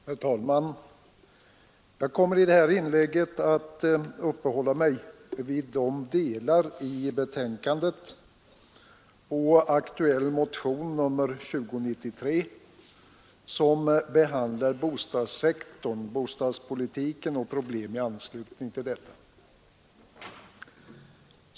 Herr talman! Jag kommer i det här inlägget att uppehålla mig vid de delar av betänkandet och den aktuella motionen 2093 som behandlar bostadspolitiken och problem i anslutning till den.